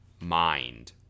mind